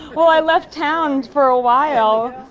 well i left town for a while,